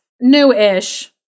new-ish